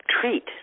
treat